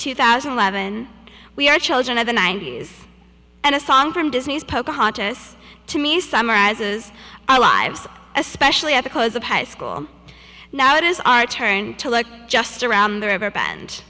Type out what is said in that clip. two thousand and eleven we are children of the ninety's and a song from disney's pocahontas to me summarizes our lives especially at the close of high school now it is our turn to look just around the river band